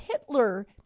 Hitler